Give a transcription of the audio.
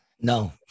No